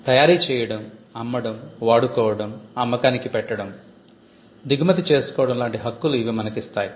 తయారీ చేయడం అమ్మడం వాడుకోవడం అమ్మకానికి పెట్టడం దిగుమతి చేసుకోవడం లాంటి హక్కులు ఇవి మనకు ఇస్తాయి